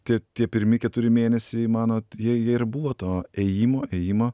tie tie pirmi keturi mėnesiai manot jie jie ir buvo to ėjimo ėjimo